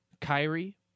Kyrie